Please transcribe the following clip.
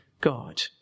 God